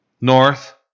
North